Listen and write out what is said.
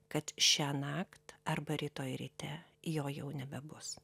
kad šiąnakt arba rytoj ryte jo jau nebebus